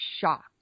shocked